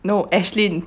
no ashlyn